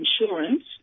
insurance